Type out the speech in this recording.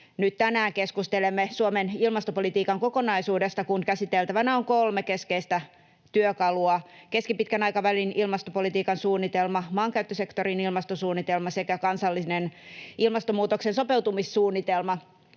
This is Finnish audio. nyt tänään keskustelemme Suomen ilmastopolitiikan kokonaisuudesta, kun käsiteltävänä on kolme keskeistä työkalua: keskipitkän aikavälin ilmastopolitiikan suunnitelma, maankäyttösektorin ilmasto-suunnitelma sekä kansallinen ilmastonmuutoksen sopeutumissuunnitelma.